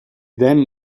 then